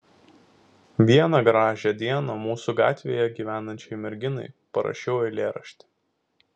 vieną gražią dieną mūsų gatvėje gyvenančiai merginai parašiau eilėraštį